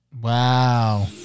Wow